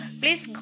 please